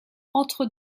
entre